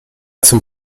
zum